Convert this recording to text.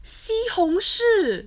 西红柿